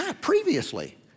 Previously